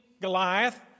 Goliath